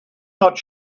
not